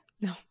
No